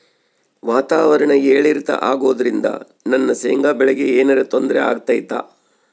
ವಾತಾವರಣ ಏರಿಳಿತ ಅಗೋದ್ರಿಂದ ನನ್ನ ಶೇಂಗಾ ಬೆಳೆಗೆ ಏನರ ತೊಂದ್ರೆ ಆಗ್ತೈತಾ?